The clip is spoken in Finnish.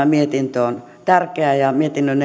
tämä mietintö on tärkeä ja mietinnön esittelijän